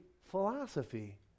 philosophy